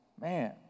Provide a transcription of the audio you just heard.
Man